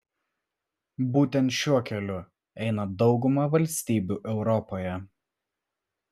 būtent šiuo keliu eina dauguma valstybių europoje